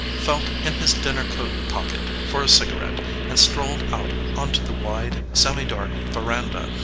felt in his dinner-coat pocket for a cigarette and strolled out onto the wide, semidark veranda,